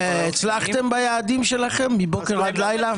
הצלחתם ביעדים שלכם מבוקר עד לילה?